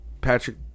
Patrick